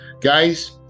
Guys